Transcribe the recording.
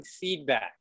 feedback